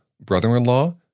brother-in-law